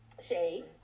Shade